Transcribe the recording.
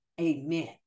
Amen